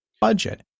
budget